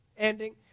ending